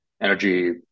Energy